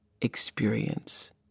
experience